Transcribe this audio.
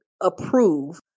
approve